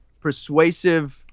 persuasive